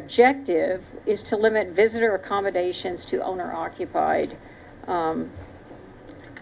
objective is to limit visitor accommodations to owner occupied